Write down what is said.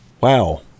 Wow